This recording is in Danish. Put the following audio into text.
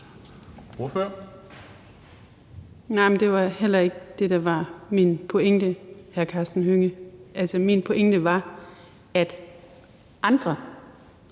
det var heller ikke det, der var min pointe, hr. Karsten Hønge. Altså, min pointe var, at andre